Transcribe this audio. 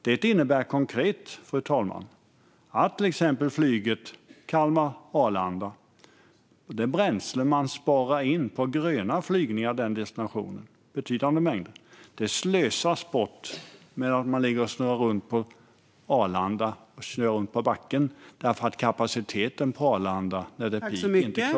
Det innebär konkret att det bränsle som man sparar in på gröna flygningar mellan till exempel Kalmar och Arlanda slösas bort medan man ligger och snurrar runt i luften eller på backen på Arlanda, eftersom man inte klarar kapaciteten vid peak.